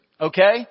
Okay